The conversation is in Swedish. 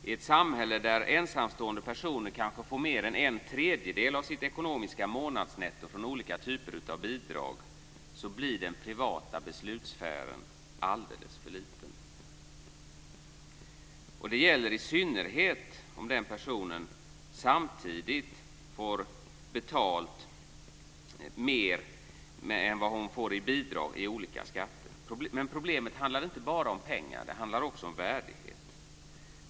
I ett samhället där ensamstående personer kanske får mer än en tredjedel av sitt ekonomiska månadsnetto från olika typer av bidrag blir den privata beslutssfären alldeles för liten. Det gäller i synnerhet om den personen samtidigt får betala mer i olika skatter än vad hon får i bidrag. Problemet handlar inte bara om pengar. Det handlar också om värdighet.